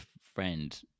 friend